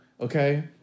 okay